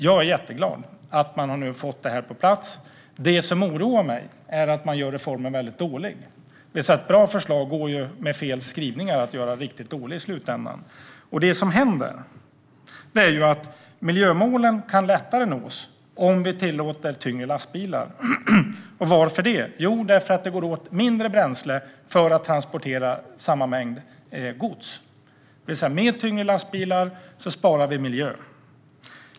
Jag är jätteglad att man nu har fått det på plats. Det som oroar mig är att man gör reformen väldigt dålig. Ett bra förslag går med fel skrivningar att göra riktigt dåligt i slutändan. Det som händer är att miljömålen lättare kan nås om vi tillåter tyngre lastbilar. Varför det? Jo, därför att det går åt mindre bränsle för att transportera samma mängd gods. Med tyngre lastbilar sparar vi miljön.